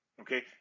Okay